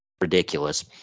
ridiculous